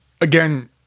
Again